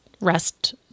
rest